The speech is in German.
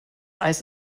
eis